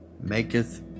maketh